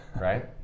right